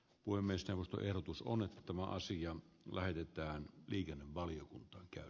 voi myös johtua erotus on että tämä asia lähetetään liikennevaliokunta käy